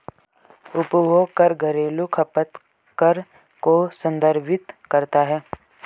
उपभोग कर घरेलू खपत कर को संदर्भित करता है